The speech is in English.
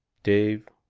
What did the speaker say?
dave,